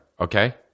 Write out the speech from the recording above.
Okay